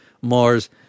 Mars